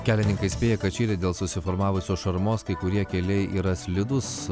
kelininkai įspėja kad širyt dėl susiformavusios šarmos kai kurie keliai yra slidūs